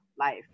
life